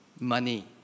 Money